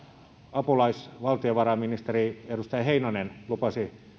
apulaisvaltiovarainministeri edustaja heinonen lupasi